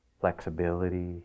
flexibility